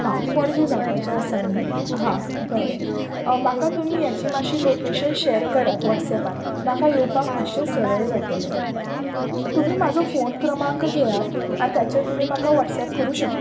हां पणजे जावपाचें आसा न्ही हां बरें म्हाका तुमी हेची मातशी लोकेशन शेर करात वॉट्सॅपार म्हाका येवपाक मातशें सरळ जातलें तुमी म्हाजो फोन क्रमांक घेयात आनी त्याचेर तुमी म्हाका वॉट्सऍप करूं शकता